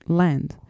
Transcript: land